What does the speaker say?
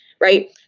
right